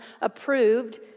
approved